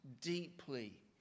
deeply